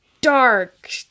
dark